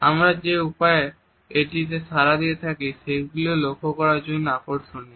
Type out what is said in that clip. আমরা যে উপায়ে এটিতে সাড়া দিয়ে থাকি সেগুলিও লক্ষ্য করার জন্য আকর্ষণীয়